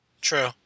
True